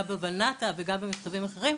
גם במשרדים אחרים.